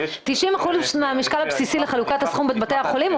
90% מהמשקל הבסיסי לחלוקת הסכום בין בתי החולים,